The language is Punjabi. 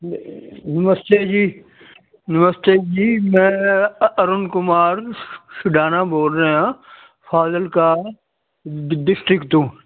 ਨਮਸਤੇ ਜੀ ਨਮਸਤੇ ਜੀ ਮੈਂ ਅਰੁਣ ਕੁਮਾਰ ਸੁਡਾਣਾ ਬੋਲ ਰਿਹਾ ਫਾਜ਼ਿਲਕਾ ਡਿਸਟ੍ਰਿਕਟ ਤੋਂ